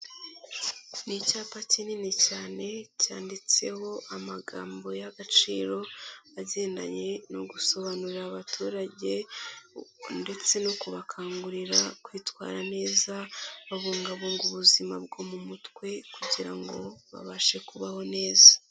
Ni icyapa kinini cyane cyanditseho amagambo y'agaciro agendanye no gusobanurira abaturage ndetse no kubakangurira kwitwara neza babungabunga ubuzima bwo mu mutwe kugira ngo babashe kubaho neza.